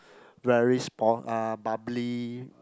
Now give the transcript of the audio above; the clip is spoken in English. very spon~ uh bubbly